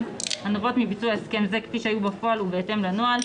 הנובעות מביצוע הסכם זה כפי שהיו בפועל ובהתאם לנוהל.